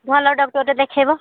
ଭଲ ଡକ୍ଟରଟେ ଦେଖେଇବ